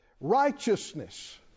Righteousness